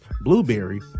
Blueberry